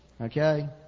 Okay